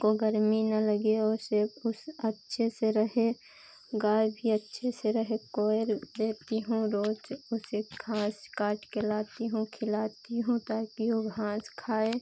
को गर्मी ना लगे और उसे उस अच्छे से रहे गाय भी अच्छे से रहे कोयल लेपती हूँ रोज़ उसे घास काट के लाती हूँ खिलाती हूँ ताकि वह घाँस खाए